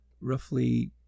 roughly